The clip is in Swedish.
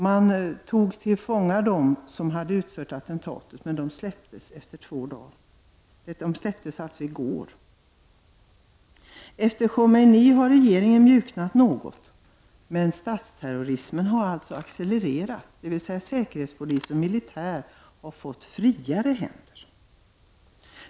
Man tog till fånga dem som hade utfört attentatet, men de släpptes efter två dagar, alltså i går. Efter Khomeinis död har regeringen mjuknat något, men statsterrorismen har accelererat, dvs. säkerhetspolis och militär har fått friare händer.